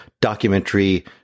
documentary